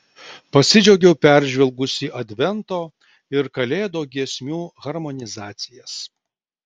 pasidžiaugiau peržvelgusi advento ir kalėdų giesmių harmonizacijas